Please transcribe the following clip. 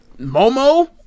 Momo